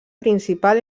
principal